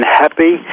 happy